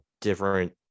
different